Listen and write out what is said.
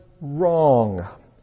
wrong